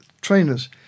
trainers